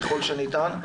ככל שניתן,